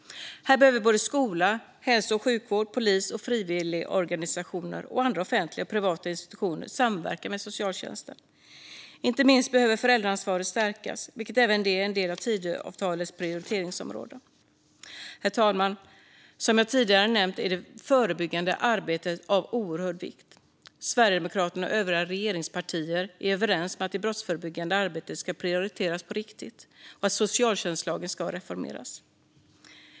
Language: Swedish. Här behöver skola, hälso och sjukvård, polis, frivilligorganisationer och andra offentliga och privata institutioner samverka med socialtjänsten. Inte minst behöver föräldraansvaret stärkas, vilket även är en del av Tidöavtalets prioriteringsområden. Herr talman! Som jag tidigare nämnt är det förebyggande arbetet av oerhörd vikt. Sverigedemokraterna och övriga regeringspartier är överens om att det brottsförebyggande arbetet ska prioriteras på riktigt och att socialtjänstlagen ska reformeras.